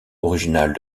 originale